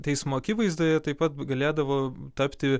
teismo akivaizdoje taip pat galėdavo tapti